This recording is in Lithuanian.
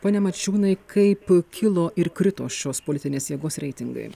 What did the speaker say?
pone mačiūnai kaip kilo ir krito šios politinės jėgos reitingai